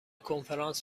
کنفرانس